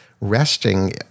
resting